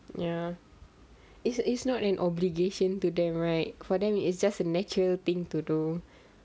ya it is not an obligation to them right for them it's just a natural thing to do